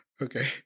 okay